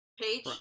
Page